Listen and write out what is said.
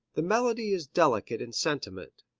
the melody is delicate in sentiment,